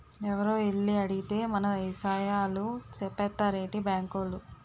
ఎవరో ఎల్లి అడిగేత్తే మన ఇసయాలు సెప్పేత్తారేటి బాంకోలు?